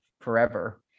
forever